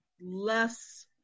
less